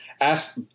Ask